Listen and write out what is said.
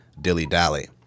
dilly-dally